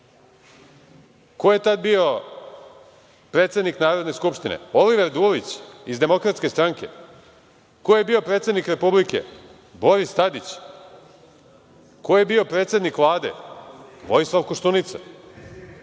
Ko je tada bio predsednik Narodne skupštine? Oliver Dulić iz DS. Ko je bio predsednik Republike? Boris Tadić. Ko je bio predsednik Vlade? Vojislav Koštunica.